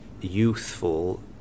youthful